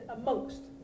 amongst